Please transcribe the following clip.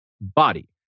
body